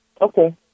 Okay